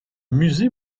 musée